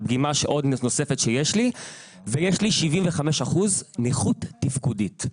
פגימה נוספת שיש לי ויש לי 75 אחוזי נכות תפקודית.